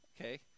okay